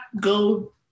go